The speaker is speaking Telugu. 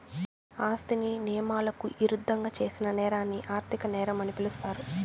ఆస్తిని నియమాలకు ఇరుద్దంగా చేసిన నేరాన్ని ఆర్థిక నేరం అని పిలుస్తారు